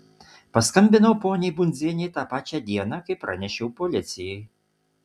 paskambinau poniai bundzienei tą pačią dieną kai pranešiau policijai